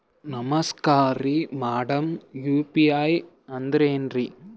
ನಮಸ್ಕಾರ್ರಿ madam UPI ಅಂದ್ರೆನ್ರಿ?